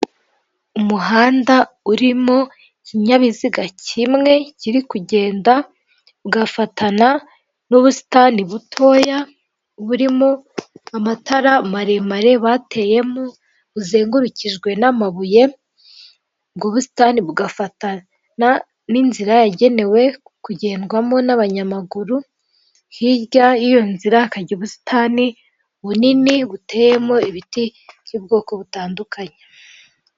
Umuhanda urimo ikinyabiziga kimwe kiri kugenda ugafatana n'ubusitani butoya burimo amatara maremare bateyemo uzengurukijwe n'amabuye, ubwo busitani bugafatana n'inzira yagenewe kugendwamo n'abanyamaguru, hirya y'iyo nzira hakajya ubusitani bunini buteyemo ibiti by'ubwoko butandukanye.